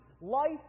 Life